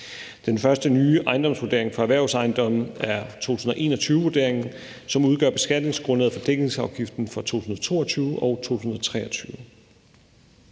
Den første nye ejendomsvurdering for erhvervsejendomme er 2021-vurderingen, som udgør beskatningsgrundlaget for dækningsafgiften for 2022 og 2023.